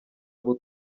abo